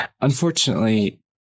Unfortunately